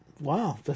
Wow